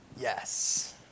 Yes